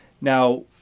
Now